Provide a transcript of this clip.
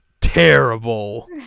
Terrible